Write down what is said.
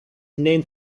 named